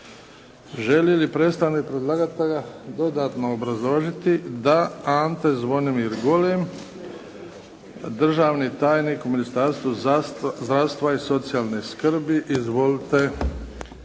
Želi li predstavnik predlagatelja dodatno obrazložiti? Da. Ante Zvonimir Golem, državni tajnik u Ministarstvu zdravstva i socijalne skrbi. Izvolite.